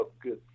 good